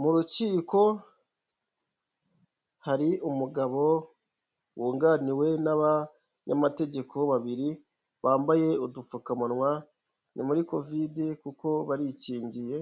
Mu rukiko hari umugabo wunganiwe n'abanyamategeko babiri bambaye udupfukamunwa, ni muri kovide kuko barikingiye,